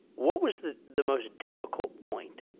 what was the the most diffi cult point?